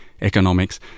economics